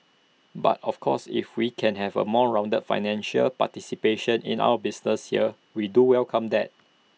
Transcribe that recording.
but of course if we can have A more rounded financial participation in our business here we do welcome that